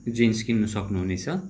jeans किन्नु सक्नुहुनेछ